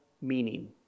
meaning